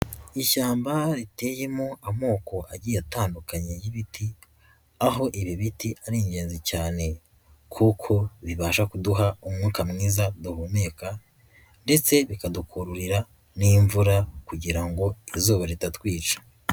Ishyamba riteyemo amoko agiye atandukanye y'ibiti aho ibi biti ari ingenzi cyane kuko bibasha kuduha umwuka mwiza duhumeka ndetse bikadukururira n'imvura kugira ngo izuba ritatwica.